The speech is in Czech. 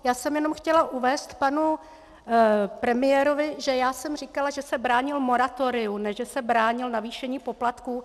Já jsem jenom chtěla uvést panu premiérovi, že jsem říkala, že se bránil moratoriu, ne že se bránil navýšení poplatků.